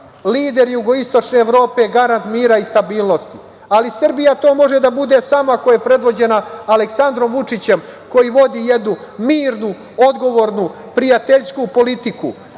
lider jugoistočne Evrope, garant mira i stabilnosti, ali Srbija to može da bude samo ako je predvođena Aleksandrom Vučićem koji vodi jednu mirnu, odgovornu, prijateljsku politiku,